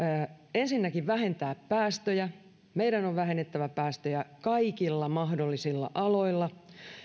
ensinnäkin vähentää päästöjä meidän on vähennettävä päästöjä kaikilla mahdollisilla aloilla